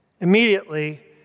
Immediately